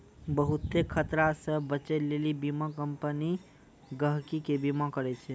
बहुते खतरा से बचै लेली बीमा कम्पनी गहकि के बीमा करै छै